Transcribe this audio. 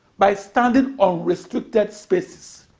by standing on restricted spaces.